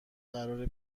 قراره